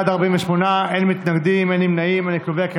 נא להצביע.